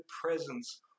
presence